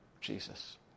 Jesus